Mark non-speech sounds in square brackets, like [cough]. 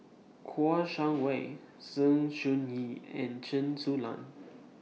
Kouo Shang [noise] Wei Sng Choon Yee and Chen Su Lan